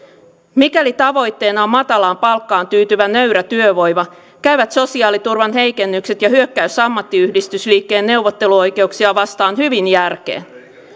mikäli tavoitteena on matalaan palkkaan tyytyvä nöyrä työvoima käyvät sosiaaliturvan heikennykset ja hyökkäys ammattiyhdistysliikkeen neuvotteluoikeuksia vastaan hyvin järkeen